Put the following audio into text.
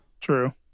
True